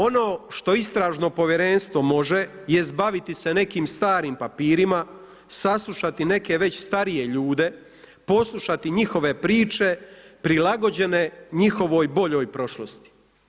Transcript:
Ono što istražno povjerenstvo može jest baviti se nekim starim papirima, saslušati neke već starije ljude, poslušati njihove priče prilagođene njihovoj boljoj prošlosti.